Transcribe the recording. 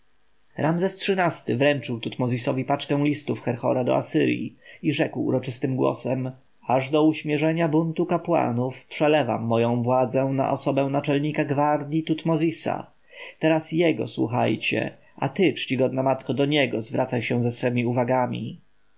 nikczemników ramzes xiii-ty wręczył tutmozisowi paczkę listów herhora do asyrji i rzekł uroczystym głosem aż do uśmierzenia buntu kapłanów przelewam moją władzę na osobę naczelnika gwardji tutmozisa teraz jego słuchajcie a ty czcigodna matko do niego zwracaj się ze swemi uwagami